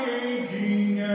aching